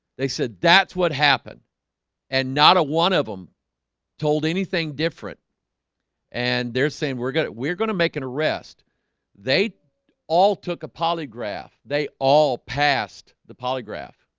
they said that's what happened and not a one of them told anything different and they're saying we're gonna we're gonna make an arrest they all took a polygraph. they all passed the polygraph